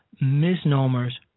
misnomers